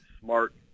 smart